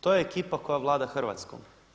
To je ekipa koja vlada Hrvatskom.